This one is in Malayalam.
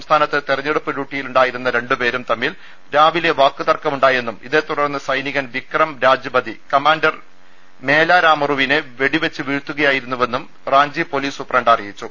സംസ്ഥാ നത്ത് തെരഞ്ഞെടുപ്പ് ഡ്യൂട്ടിയിലുണ്ടായിരുന്ന രണ്ടു പേരും തമ്മിൽ രാവിലെ വാക്കുതർക്കമുണ്ടായെന്നും ഇത് തുടർന്ന് സൈനികൻ വിക്രം രാജ്ബതി കമാൻഡർ മേലാ രാമുറിനെ വെടി വെച്ച് വീഴ്ത്തുകയായിരുന്നുവെന്നും റാഞ്ചി പൊലീസ് സൂപ്രണ്ട് അറിയിച്ചു